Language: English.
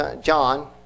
John